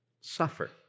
suffer